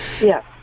Yes